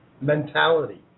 mentality